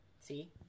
See